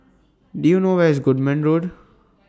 Do YOU know Where IS Goodman Road